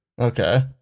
Okay